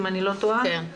אם אני לא טועה -- כן,